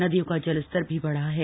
नदियों का जलस्तर भी बढ़ा है